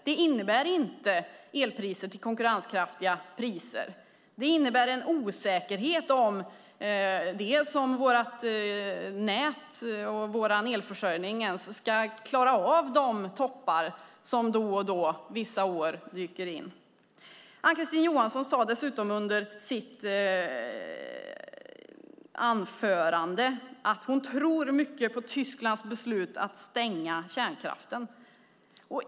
Den innebär inte el till konkurrenskraftiga priser utan en osäkerhet om vårt nät och vår elförsörjning ens ska klara av de toppar som dyker upp vissa år. Ann-Kristine Johansson sade dessutom under sitt anförande att hon tror mycket på Tysklands beslut att stänga kärnkraften.